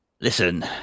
Listen